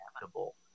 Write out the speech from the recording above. inevitable